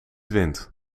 wint